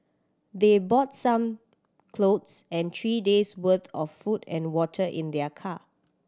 they bought some clothes and three days' worth of food and water in their car